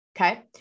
okay